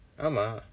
ஆமாம்:aamam